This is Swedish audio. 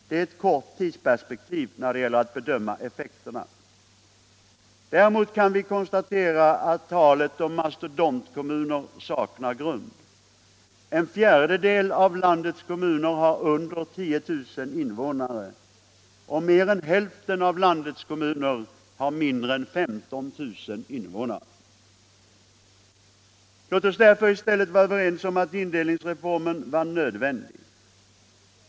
Det är ett kort tidsperspektiv när det gäller att bedöma effekterna. Däremot kan vi konstatera att talet om mastodontkommuner saknar grund. En fjärdedel av landets kommuner har under 10 000 invånare, och mer än hälften av landets kommuner har mindre än 15 000 invånare. Låt oss därför vara överens om att indelningsreformen var nödvändig.